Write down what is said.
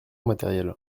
matérielle